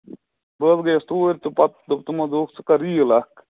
بہٕ حظ گٔیَس توٗرۍ تہٕ پَتہٕ دوٚپ تِمو دوٚپُکھ ژٕ کَر ریٖل اَکھ